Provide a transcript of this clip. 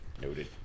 Noted